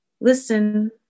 Listen